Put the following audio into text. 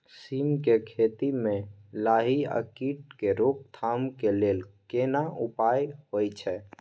सीम के खेती म लाही आ कीट के रोक थाम के लेल केना उपाय होय छै?